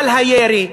על הירי,